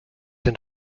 and